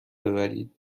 ببرید